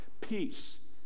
peace